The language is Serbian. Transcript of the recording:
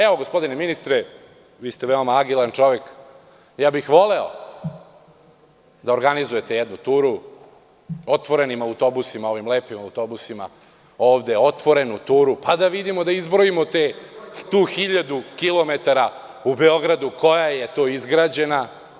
Evo, gospodine ministre, vi ste vrlo agilan čovek, voleo bih da organizujete jednu turu otvorenim autobusima, ovim lepim autobusima ovde otvorenu turu, pa da vidimo, da izbrojimo tih 1000 kilometara u Beogradu koji su izgrađeni.